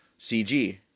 CG